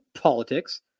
politics